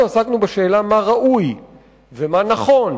אנחנו עסקנו בשאלה מה ראוי ומה נכון,